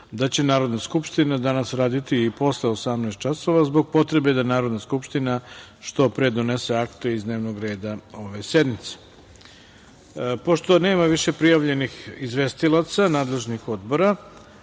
da će Narodna skupština danas raditi i posle 18.00 časova, zbog potrebe da Narodna skupština što pre donese akte iz dnevnog reda ove sednice. Pošto nema više prijavljenih izvestilaca nadležnih odbora,